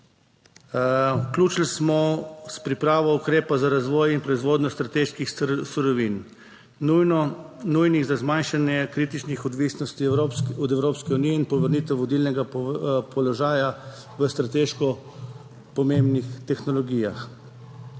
Vključili smo s pripravo ukrepa za razvoj in proizvodnjo strateških surovin, nujnih za zmanjšanje kritičnih odvisnosti od Evropske unije in povrnitev vodilnega položaja v strateško pomembnih tehnologijah